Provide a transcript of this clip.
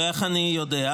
איך אני יודע?